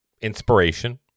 inspiration